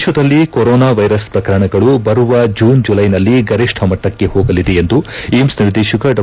ದೇಶದಲ್ಲಿ corona virus ಪ್ರಕರಣಗಳು ಬರುವ ಜೂನ್ ಜುಲೈನಲ್ಲಿ ಗರಿಷ್ಠ ಮಟ್ಟಕ್ಕೆ ಹೋಗಲಿದೆ ಎಂದು ಏಮ್ಸ ನಿರ್ದೇಶಕ ಡಾ